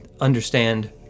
understand